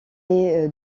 est